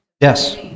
yes